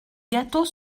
gâteaux